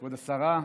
כבוד השרה היקרה,